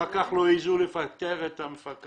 כשאף אחד לא יפתח לו את השער בפנימייה או את השער בבית האמנה,